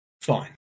Fine